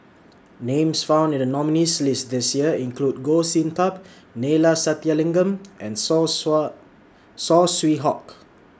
Names found in The nominees' list This Year include Goh Sin Tub Neila Sathyalingam and Saw Saw Swee Hock